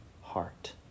heart